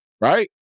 right